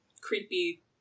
creepy